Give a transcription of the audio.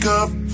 up